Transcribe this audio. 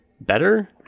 better